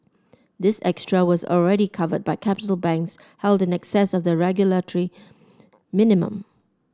this extra was already covered by capital banks held in excess of the regulatory minimum